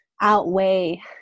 outweigh